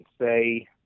say